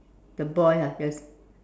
the boy ah the